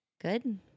Good